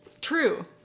True